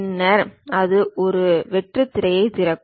பின்னர் அது ஒரு வெற்றுத் திரையைத் திறக்கும்